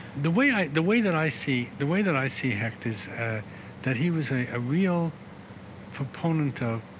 the way i the way that i see the way that i see hecht is that he was a a real proponent of